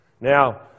Now